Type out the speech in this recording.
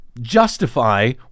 justify